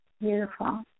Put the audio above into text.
Beautiful